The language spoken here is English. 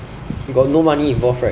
got no money involved right